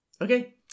Okay